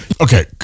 Okay